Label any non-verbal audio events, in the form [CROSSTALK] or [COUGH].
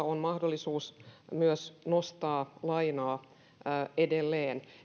[UNINTELLIGIBLE] on mahdollisuus myös nostaa lainaa edelleen